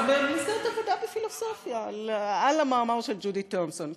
זה במסגרת עבודה בפילוסופיה על המאמר של ג'ודי תומפסון.